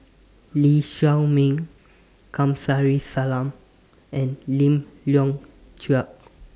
Lee Chiaw Meng Kamsari Salam and Lim Leong Geok